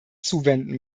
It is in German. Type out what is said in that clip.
zuwenden